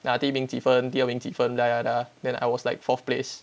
ya 第一名几分第二名几分 da da da then I was like fourth place